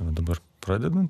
va dabar pradedam